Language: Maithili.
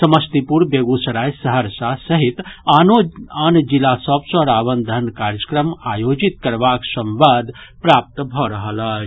समस्तीपुर बेगूसराय सहरसा सहित आनो आन जिला सभ सँ रावण दहन कार्यक्रम आयोजित करबाक संवाद प्राप्त भऽ रहल अछि